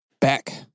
Back